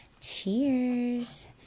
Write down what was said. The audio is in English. cheers